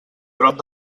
prop